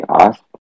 asked